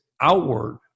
outward